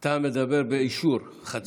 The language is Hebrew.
אתה מדבר באישור חצי שעה.